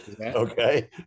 okay